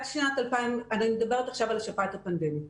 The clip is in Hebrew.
אני מדברת עכשיו על השפעת הפנדמית.